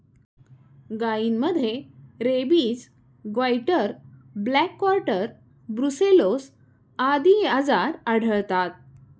गायींमध्ये rabies, goitre, black quarter, brucellosis आदी आजार आढळतात